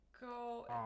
go